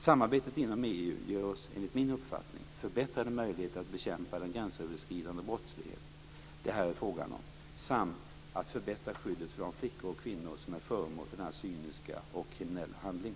Samarbetet inom EU ger oss enligt min uppfattning förbättrade möjligheter att bekämpa den gränsöverskridande brottslighet det här är fråga om samt att förbättra skyddet för de flickor och kvinnor som är föremål för denna cyniska och kriminella handling.